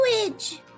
Language